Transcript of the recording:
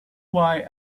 why